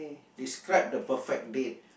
describe the perfect date